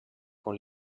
con